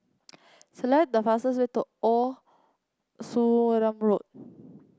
select the fastest way to Old Sarum Road